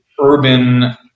urban